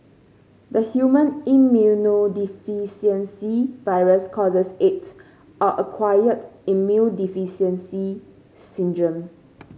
the human immunodeficiency virus causes aids or acquired immune deficiency syndrome